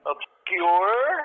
Obscure